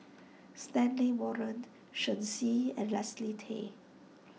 Stanley Warren Shen Xi and Leslie Tay